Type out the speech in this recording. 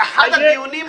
אחד הדיונים הכי הכי.